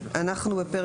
אתם רוצים גם פה להוסיף?